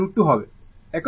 এটি Vm√ 2 হবে